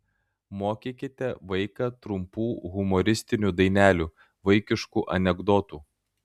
mokykite vaiką trumpų humoristinių dainelių vaikiškų anekdotų